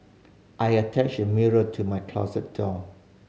I attached mirror to my closet door